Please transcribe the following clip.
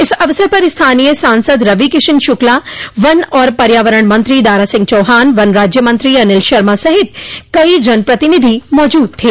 इस अवसर पर स्थानीय सांसद रविकिशन शुक्ला वन और पर्यावरण मंत्री दारा सिंह चौहान वन राज्य मंत्री अनिल शर्मा सहित कई जनप्रतिनिधि मौजूद थे